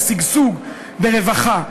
בשגשוג וברווחה.